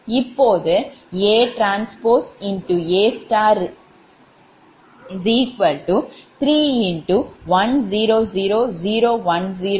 இப்போது ATA31 0 0 0 1 0 0 0 1